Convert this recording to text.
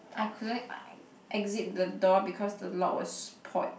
I couldn't exit the door because the lock was spoilt